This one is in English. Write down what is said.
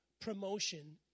promotion